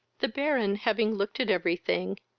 the baron, having looked at every thing,